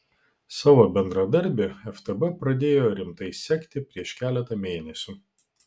savo bendradarbį ftb pradėjo rimtai sekti prieš keletą mėnesių